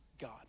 God